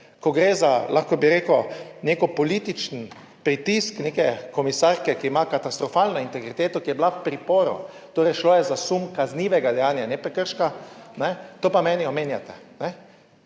ko gre za, lahko bi rekel, nek političen pritisk neke komisarke, ki ima katastrofalno integriteto, ki je bila v priporu, torej, šlo je za sum kaznivega dejanja, ne prekrška, ne, to pa meni omenjate.